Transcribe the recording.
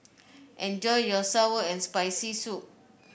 enjoy your sour and Spicy Soup